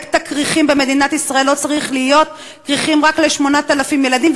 פרויקט הכריכים במדינת ישראל לא צריך להיות רק ל-8,000 ילדים,